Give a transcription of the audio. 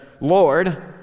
Lord